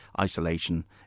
isolation